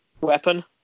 weapon